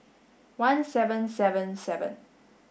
one seven seven seven